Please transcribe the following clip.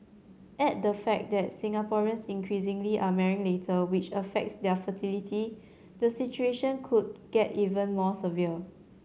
add the fact that Singaporeans increasingly are marrying later which affects their fertility the situation could get even more severe